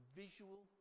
visual